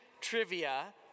trivia